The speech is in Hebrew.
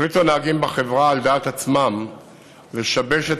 החליטו נהגים בחברה על דעת עצמם לשבש את